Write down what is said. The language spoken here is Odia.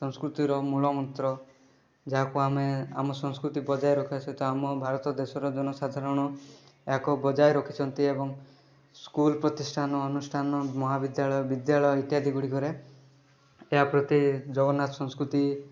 ସଂସ୍କୃତିର ମୂଳମନ୍ତ୍ର ଯାହାକୁ ଆମେ ଆମ ସଂସ୍କୃତି ବଜାୟ ରଖିବା ସହିତ ଆମ ଭାରତ ଦେଶର ଜନସାଧାରଣ ଏହାକୁ ବଜାୟ ରଖିଛନ୍ତି ଏବଂ ସ୍କୁଲ୍ ପ୍ରତିଷ୍ଠାନ ଅନୁଷ୍ଠାନ ମହାବିଦ୍ୟାଳୟ ବିଦ୍ୟାଳୟ ଇତ୍ୟାଦି ଗୁଡ଼ିକରେ ଏହା ପ୍ରତି ଜଗନ୍ନାଥ ସଂସ୍କୃତି